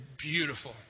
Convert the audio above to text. beautiful